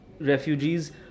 refugees